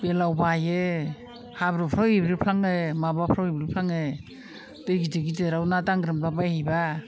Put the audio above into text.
बेलाव बायो हाब्रुफ्राव एब्रेफ्लाङो माबाफ्राव एब्रेफ्लाङो दै गिदिर गिदिराव ना दांग्रोमलाबायहैब्ला